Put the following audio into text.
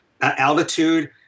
altitude